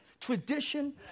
tradition